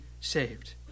saved